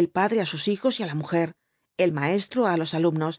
el padre á sus hijos y á la mujer el maestro á los alumnos